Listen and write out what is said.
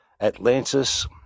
Atlantis